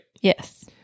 Yes